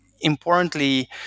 importantly